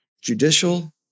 judicial